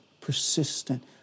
persistent